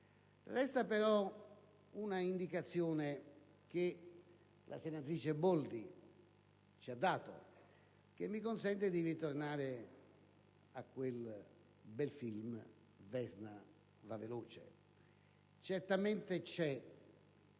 Resta però un'indicazione che la senatrice Boldi ci ha dato e che mi consente di ritornare a quel bel film «Vesna va veloce». Certamente c'è